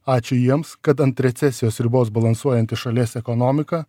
ačiū jiems kad ant recesijos ribos balansuojanti šalies ekonomika